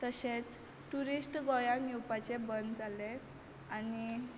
तशींच ट्युरिस्ट गोंयांत येवपाचें बंद जाले आनी